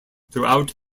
throughout